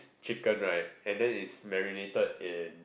chicken right and then it's marinated in